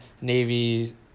Navy